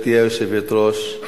גברתי היושבת-ראש,